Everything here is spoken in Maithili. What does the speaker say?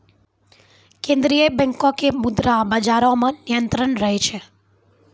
केन्द्रीय बैंको के मुद्रा बजारो मे नियंत्रण रहै छै